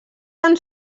tan